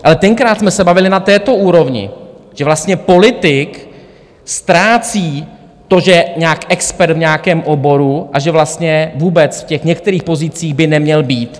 Ale tenkrát jsme se bavili na této úrovni, že vlastně politik ztrácí to, že je expert v nějakém oboru a že vlastně vůbec v těch některých pozicích by neměl být.